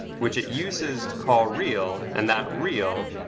which it uses to call real, and that real,